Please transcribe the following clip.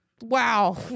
Wow